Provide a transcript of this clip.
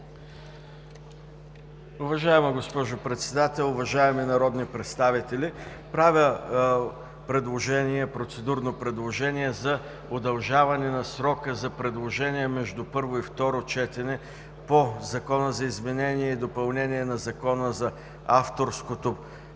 Уважаема госпожо Председател, уважаеми народни представители! Правя процедурно предложение за удължаване на срока за предложения между първо и второ четене по Законопроекта за изменение и допълнение на Закона за авторското право